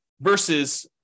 versus –